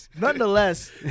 Nonetheless